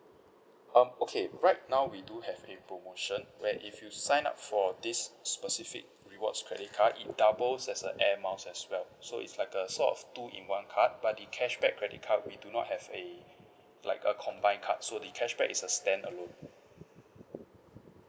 um okay right now we do have a promotion where if you sign up for this specific rewards credit card it doubles as a airmiles as well so it's like a sort of two in one card but cashback credit card we do not have a like a combined card so the cashback is a stand alone